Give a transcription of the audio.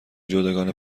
جداگانه